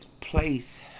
place